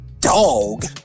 dog